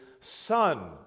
son